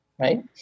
right